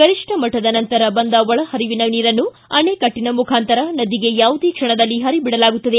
ಗರಿಷ್ಠ ಮಟ್ಟದ ನಂತರ ಬಂದ ಒಳಹರಿವಿನ ನೀರನ್ನು ಅಣೆಕಟ್ಟಿನ ಮುಖಾಂತರ ನದಿಗೆ ಯಾವುದೇ ಕ್ಷಣದಲ್ಲಿ ಪರಿಬಿಡಲಾಗುತ್ತದೆ